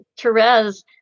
Therese